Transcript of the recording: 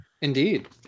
Indeed